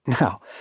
Now